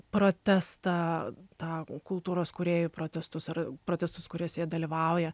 protestą tą kultūros kūrėjų protestus ar protestus kuriuose jie dalyvauja